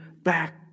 back